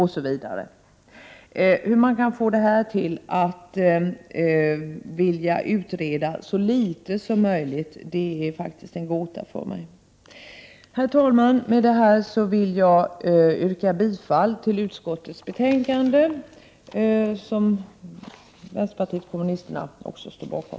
Hur man kan få detta till att vi vill utreda så litet som möjligt är faktiskt en gåta för mig. Herr talman! Med detta vill jag yrka bifall till utskottets hemställan, som också vänsterpartiet kommunisterna står bakom.